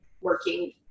working